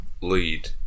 lead